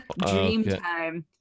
Dreamtime